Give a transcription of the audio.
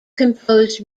composed